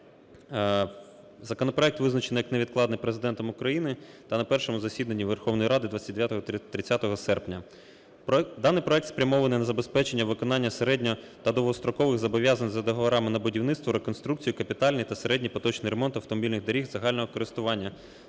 Законопроект визначений як невідкладний Президентом України та на першому засіданні Верховної Ради 29-30 серпня. Даний законопроект спрямований на забезпечення виконання середнього та довгострокових зобов'язань за договорами на будівництво, реконструкцію капітальний та середній поточний ремонт автомобільних доріг загального користування